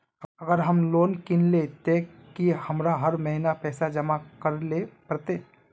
अगर हम लोन किनले ते की हमरा हर महीना पैसा जमा करे ले पड़ते?